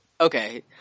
Okay